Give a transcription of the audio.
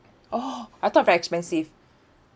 oh I thought very expensive